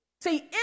See